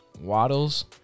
Waddles